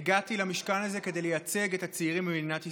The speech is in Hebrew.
הגעתי למשכן הזה כדי לייצג את הצעירים במדינת ישראל.